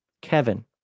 Kevin